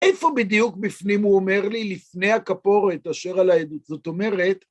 איפה בדיוק בפנים הוא אומר לי? לפני הכפורת אשר על העדות. זאת אומרת,